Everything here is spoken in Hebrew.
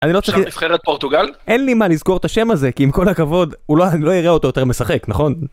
אני לא.. שחקן נבחרת פורטוגל... אין לי מה לזכור את השם הזה, כי עם כל הכבוד, אני לא יראה אותו יותר משחק, נכון?